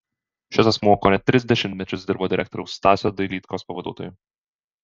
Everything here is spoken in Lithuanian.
šis asmuo kone tris dešimtmečius dirbo direktoriaus stasio dailydkos pavaduotoju